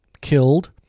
killed